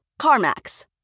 CarMax